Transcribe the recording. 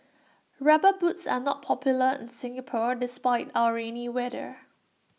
rubber boots are not popular in Singapore despite our rainy weather